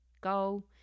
go